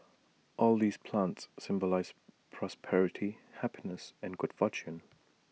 all these plants symbolise prosperity happiness and good fortune